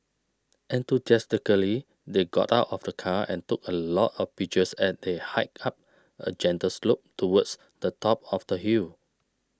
enthusiastically they got out of the car and took a lot of pictures as they hiked up a gentle slope towards the top of the hill